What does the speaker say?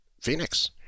Phoenix